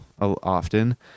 often